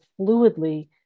fluidly